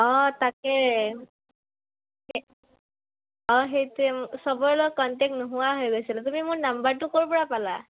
অঁ তাকে অঁ সেইটোৱে চবৰে লগত কণ্টেক্ট নোহোৱা হৈ গৈছিলে তুমি মোৰ নাম্বাৰটো ক'ৰ পৰা পালা